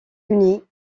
unis